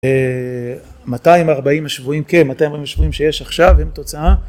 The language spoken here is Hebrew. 240 השבויים, כן 240 השבויים שיש עכשיו הם תוצאה